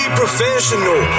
professional